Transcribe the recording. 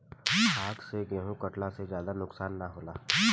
हाथ से गेंहू कटला से ज्यादा नुकसान ना होला